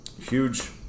huge